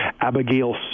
abigail